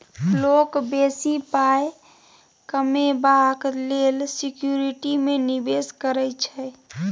लोक बेसी पाइ कमेबाक लेल सिक्युरिटी मे निबेश करै छै